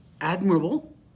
admirable